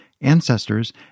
ancestors